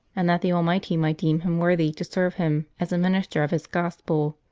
and that the almighty might deem him worthy to serve him as a minister of his gospel.